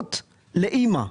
הזכות לאימא.